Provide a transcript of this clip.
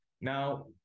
now